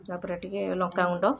ତାପରେ ଟିକେ ଲଙ୍କାଗୁଣ୍ଡ